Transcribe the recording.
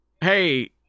hey